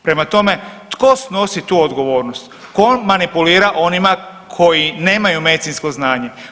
Prema tome, tko snosi tu odgovornost, tko manipulira onima koji nemaju medicinsko znanje?